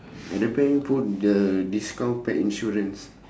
at the bank put the discount pet insurance